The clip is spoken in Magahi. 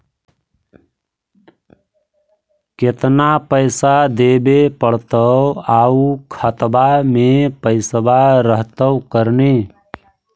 केतना पैसा देबे पड़तै आउ खातबा में पैसबा रहतै करने?